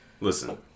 listen